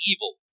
evil